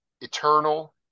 eternal